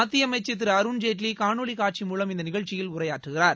மத்திய அமைச்சர் திரு அருண்ஜேட்லி காணொலி காட்சி மூலம் இந்த நிகழ்ச்சியில் உரையாற்றுகிறார்